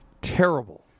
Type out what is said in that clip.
Terrible